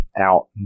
out